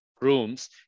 rooms